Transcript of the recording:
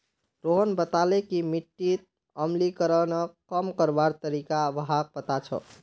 रोहन बताले कि मिट्टीत अम्लीकरणक कम करवार तरीका व्हाक पता छअ